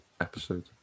episode